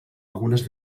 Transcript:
algunes